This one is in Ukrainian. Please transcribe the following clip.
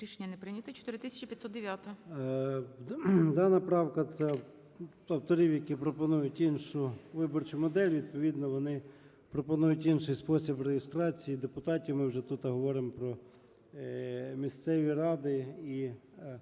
Рішення не прийнято. 4509-а. ЧЕРНЕНКО О.М. Дана правка, це авторів, які пропонують іншу виборчу модель. Відповідно вони пропонують інший спосіб реєстрації депутатів. Ми вже тут говоримо про місцеві ради.